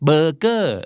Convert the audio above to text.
Burger